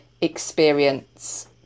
experience